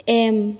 M